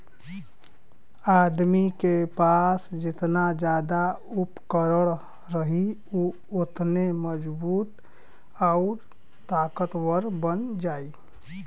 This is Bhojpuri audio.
आदमी के पास जेतना जादा उपकरण रही उ ओतने मजबूत आउर ताकतवर बन जाई